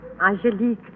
Angelique